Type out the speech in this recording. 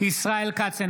ישראל כץ,